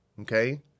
okay